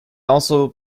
also